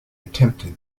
attempted